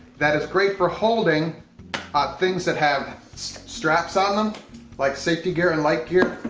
that is great for holding things that have straps on them like safety gear and light gear.